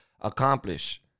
accomplish